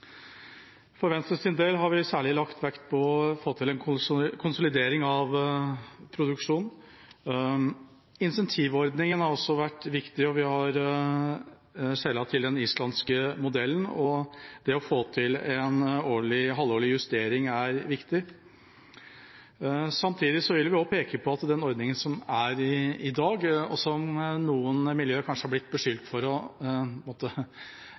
For Venstres del har vi særlig lagt vekt på å få til en konsolidering av produksjonen. Incentivordningen har også vært viktig. Vi har skjelet til den islandske modellen, og det å få til en halvårlig justering er viktig. Samtidig vil vi også peke på at den ordningen som er i dag, og der noen miljøer kanskje har blitt beskyldt for å måtte